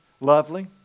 Lovely